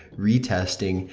retesting,